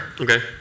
Okay